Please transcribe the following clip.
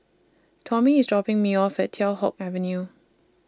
Tommie IS dropping Me off At Teow Hock Avenue